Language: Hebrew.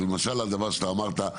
כי למשל הדבר שאתה אמרת,